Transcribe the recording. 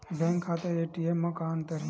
Bank खाता ATM मा का अंतर हे?